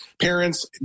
parents